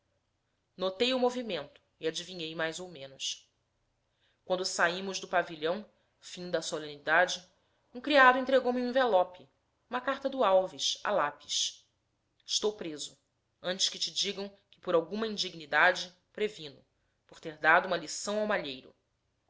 notei o movimento e adivinhei mais ou menos quando saímos do pavilhão finda a solenidade um criado entregou-me um envelope uma carta do alves a lápis estou preso antes que te digam que por alguma indignidade previno por ter dado uma lição ao malheiro